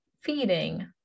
feeding